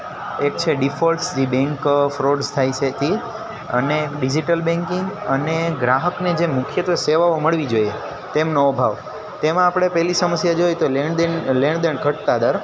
એક છે ડિફોલ્ટ સ્રી બેન્ક ફ્રોડસ થાય છે તે અને ડિઝિટલ બેન્કિંગ અને ગ્રાહકને જે મુખ્યત્વે સેવાઓ મળવી જોઈએ તેમનો અભાવ તેમાં આપણે પહેલી સમસ્યા જોઈ તો લેણ દેણ લેણ દેણ ઘટતા દર